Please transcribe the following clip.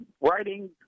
writing